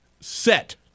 set